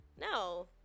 no